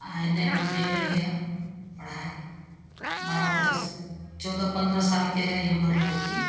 आओर एन्ने भेलै हँ पढ़ाइ बारह तेरह चौदह पनरह सालके हइ हमर लड़की